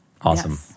Awesome